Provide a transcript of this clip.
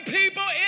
people